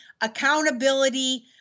accountability